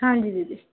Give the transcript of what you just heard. ਹਾਂਜੀ ਦੀਦੀ